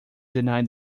deny